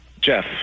Jeff